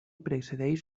precedeix